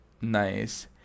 nice